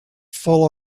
full